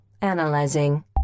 Analyzing